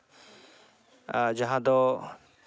ᱡᱟᱦᱟᱸ ᱫᱚ